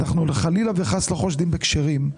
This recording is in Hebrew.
אנחנו חלילה וחס לא חושדים בכשרים,